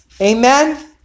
Amen